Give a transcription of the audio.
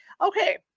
Okay